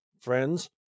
friends